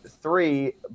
three